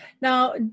Now